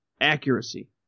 accuracy